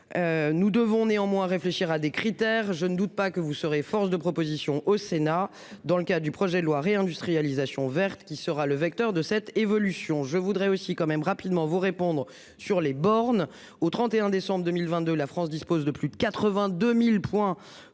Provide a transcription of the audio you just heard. Nous devons néanmoins réfléchir à des critères. Je ne doute pas que vous serez force de proposition au Sénat, dans le cas du projet de loi réindustrialisation verte qui sera le vecteur de cette évolution. Je voudrais aussi quand même rapidement vous répondre sur les bornes au 31 décembre 2022, la France dispose de plus de 82.000 points